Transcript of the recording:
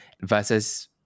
versus